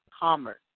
commerce